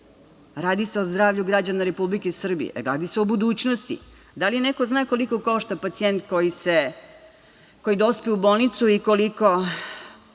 Radi se o zdravlju građana Republike Srbije, radi se o budućnosti. Da li neko zna koliko košta pacijent koji dospe u bolnicu i koliko